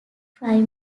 prime